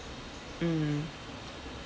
mm